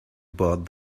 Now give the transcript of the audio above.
bought